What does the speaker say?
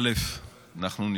ראשית,